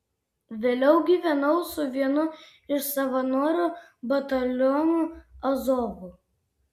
vėliau gyvenau su vienu iš savanorių batalionų azov